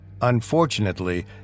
Unfortunately